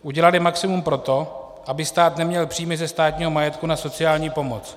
Udělaly maximum pro to, aby stát neměl příjmy ze státního majetku na sociální pomoc.